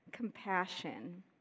Compassion